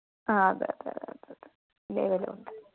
ആഹ് അതെ അതെ അതെ അതെ ലേബൽ ഉണ്ട്